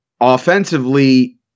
offensively